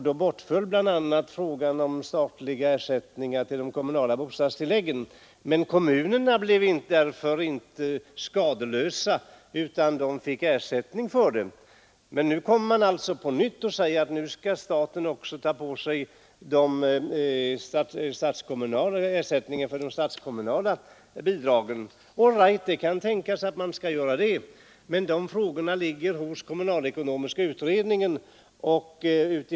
Då bortföll bl.a. statliga ersättningar för de kommunala bostadstilläggen. Kommunerna hölls dock skadeslösa då de fick ersättning. Men nu kommer man igen och säger att staten skall ta på sig ersättningsansvaret för de statliga bidragen till kommunerna. All right, det kan tänkas att man kan göra så, men dessa frågor ligger hos kommunalekonomiska utredningen.